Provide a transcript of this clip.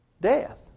death